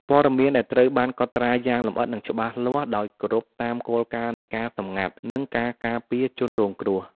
ព័ត៌មានដែលត្រូវបានកត់ត្រាយ៉ាងលម្អិត និងច្បាស់លាស់ ដោយគោរពតាមគោលការណ៍នៃការសម្ងាត់ និងការការពារជនរងគ្រោះ។